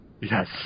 Yes